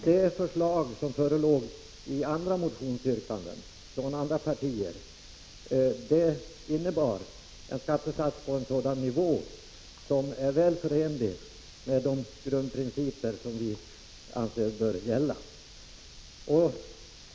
Det förslag som föreligger i motionsyrkanden från andra partier innebär en skattesats på en sådan nivå som är väl förenlig med de grundprinciper som vi anser bör gälla.